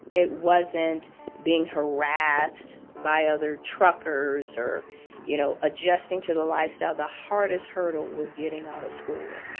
it wasn't being harassed by other truckers or you know adjusting to the lifestyle. the hardest hurdle was getting out of school.